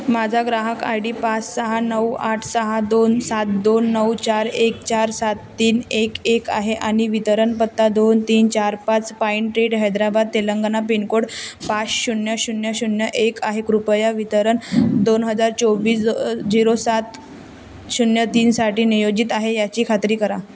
माझा ग्राहक I D पाच सहा नऊ आठ सहा दोन सात दोन नऊ चार एक चार सात तीन एक एक आहे आणि वितरण पत्ता दोन तीन चार पाच पाईन टेट हैदराबाद तेलंगणा पिनकोड पाच शून्य शून्य शून्य एक आहे कृपया वितरण दोन हजार चोवीस झिरो सात शून्य तीनसाठी नियोजित आहे याची खात्री करा